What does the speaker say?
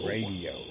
Radio